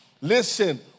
Listen